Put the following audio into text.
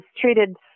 treated